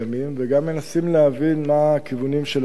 וגם מנסים להבין מה הכיוונים של הנאמן.